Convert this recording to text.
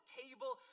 table